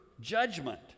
judgment